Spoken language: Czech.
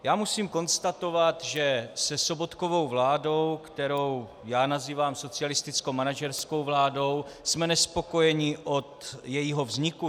Já musím konstatovat, že se Sobotkovou vládou, kterou já nazývám socialistickomanažerskou vládou, jsme nespokojeni od jejího vzniku.